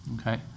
Okay